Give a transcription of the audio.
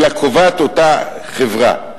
אלא קובעת אותם חברה.